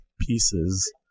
pieces